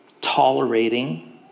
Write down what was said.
tolerating